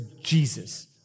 Jesus